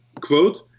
quote